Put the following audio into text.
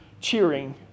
cheering